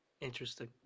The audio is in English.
Interesting